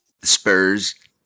Spurs